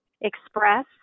express